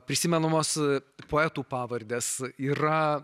prisimenamos poetų pavardės yra